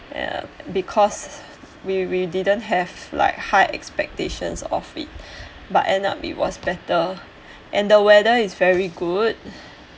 ya because we we didn't have like high expectations of it but end up it's better and the weather is very good